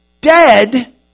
dead